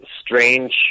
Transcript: strange